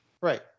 Right